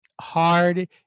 hard